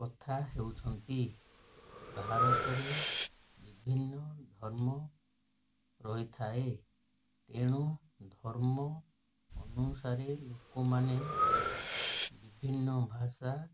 କଥା ହେଉଛନ୍ତି ଭାରତରେ ବିଭିନ୍ନ ଧର୍ମ ରହିଥାଏ ତେଣୁ ଧର୍ମ ଅନୁସାରେ ଲୋକମାନେ ବିଭିନ୍ନ ଭାଷା